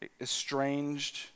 estranged